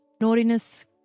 naughtiness